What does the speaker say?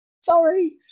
sorry